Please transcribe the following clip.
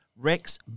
rex